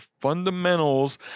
fundamentals